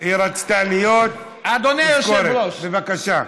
אדוני היושב-ראש,